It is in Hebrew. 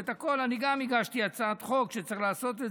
אני גם הגשתי הצעת חוק שצריך לעשות את